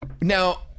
Now